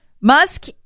Musk